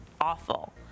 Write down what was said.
awful